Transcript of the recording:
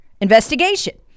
investigation